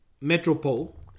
Metropole